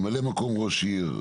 ממלא מקום ראש עיר,